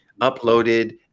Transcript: uploaded